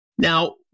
Now